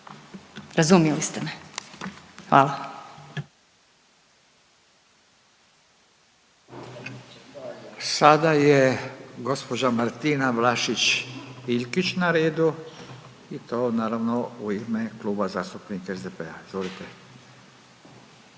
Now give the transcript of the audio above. Furio (Nezavisni)** Sada je gđa. Martina Vlašić-Iljkić na redu i to naravno u ime Kluba zastupnika SDP-a, izvolite.